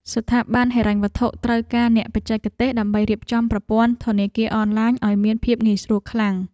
ស្ថាប័នហិរញ្ញវត្ថុត្រូវការអ្នកបច្ចេកទេស ដើម្បីរៀបចំប្រព័ន្ធធនាគារអនឡាញឱ្យមានភាពងាយស្រួលខ្លាំង។